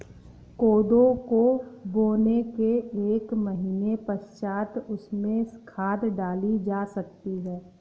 कोदो को बोने के एक महीने पश्चात उसमें खाद डाली जा सकती है